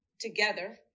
together